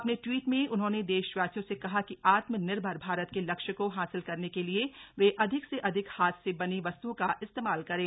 अपने ट्वीट में उन्होंने देशवासियों से कहा कि आत्मनिर्भर भारत के लक्ष्य को हासिल करने के लिए वे अधिक से अधिक हाथ से बनी वस्त्रओं का इस्तेमाल करें